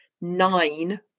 nine